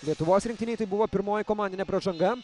lietuvos rinktinei tai buvo pirmoji komandinė pražanga